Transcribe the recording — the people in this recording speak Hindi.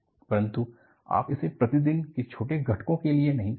परंतु आप इसे प्रतिदिन के छोटे घटकों के लिए नहीं करते हैं